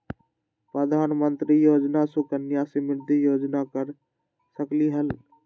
प्रधानमंत्री योजना सुकन्या समृद्धि योजना कर सकलीहल?